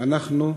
אנחנו,